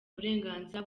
uburenganzira